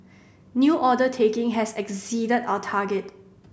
new order taking has exceeded our target